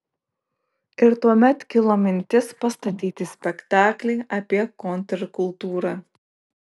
ir tuomet kilo mintis pastatyti spektaklį apie kontrkultūrą